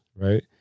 right